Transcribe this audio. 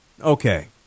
Okay